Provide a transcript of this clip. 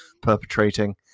perpetrating